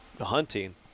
hunting